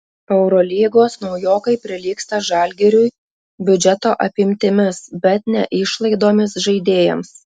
eurolygos naujokai prilygsta žalgiriui biudžeto apimtimis bet ne išlaidomis žaidėjams